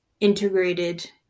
integrated